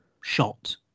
shot